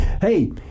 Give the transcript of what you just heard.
Hey